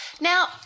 Now